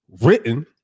written